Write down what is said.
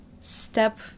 step